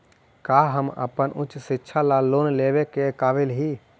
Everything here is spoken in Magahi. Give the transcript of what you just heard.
का हम अपन उच्च शिक्षा ला लोन लेवे के काबिल ही?